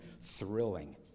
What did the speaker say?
thrilling